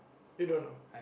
you don't know